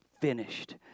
Finished